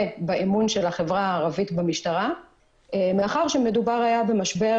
באמון של החברה הערבית במשטרה מאחר שהיה מדובר במשבר